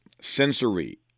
sensory